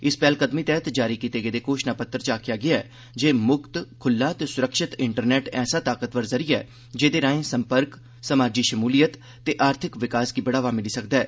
इस पैहलकदमी तैहत जारी कीते गेदे घोषणा पत्तर च आखेआ गेआ ऐ जे मुक्त ख्ल्ला ते स्रक्षित इंटरनेट ऐसा ताकतवर ज़रिया ऐ जेहदे राएं संपर्क समाजी शमूलियत ते आर्थिक विकास गी बढ़ावा मिली सकदा ऐ